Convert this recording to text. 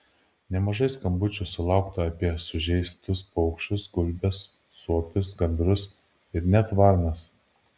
nemažai skambučių sulaukta apie sužeistus paukščius gulbes suopius gandrus ir net varnas